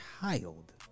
child